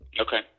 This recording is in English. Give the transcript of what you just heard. Okay